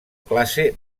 classe